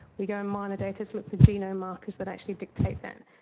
we go and mine the data to look for genome markers that actually dictate that.